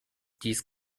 dies